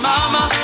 Mama